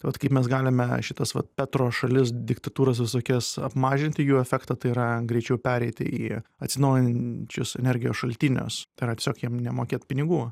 tai vat kaip mes galime šitas va petro šalis diktatūras visokias apmažinti jų efektą tai yra greičiau pereiti į atsinaujinančius energijos šaltinius tai yra tiesiog jiem nemokėt pinigų